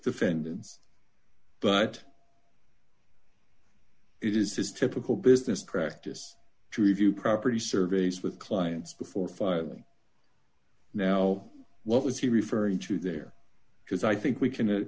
defendants but it is typical business practice to review property surveys with clients before filing now what was he referring to there because i think we can